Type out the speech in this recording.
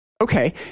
Okay